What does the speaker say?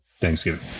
Thanksgiving